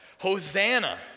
Hosanna